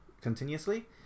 continuously